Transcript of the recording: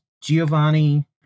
Giovanni